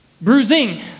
bruising